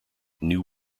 new